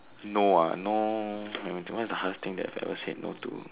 no ah no hmm what is the hardest thing that you have ever said no to